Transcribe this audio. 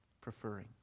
Preferring